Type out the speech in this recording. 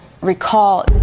recall